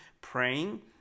praying